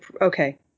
okay